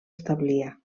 establia